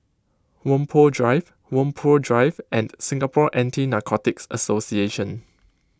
Whampoa Drive Whampoa Drive and Singapore Anti Narcotics Association